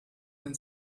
den